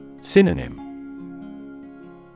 Synonym